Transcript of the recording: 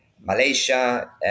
Malaysia